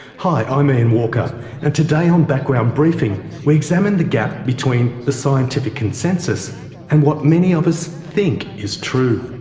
hi, i'm ian and walker, and today on background briefing we examine the gap between the scientific consensus and what many of us think is true,